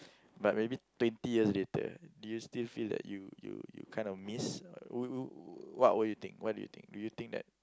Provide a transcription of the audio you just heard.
but maybe twenty years later do you still feel that you you you kind of miss w~ w~ what do you think what do you think do you think that